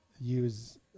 use